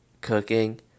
cooking